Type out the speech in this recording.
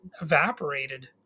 evaporated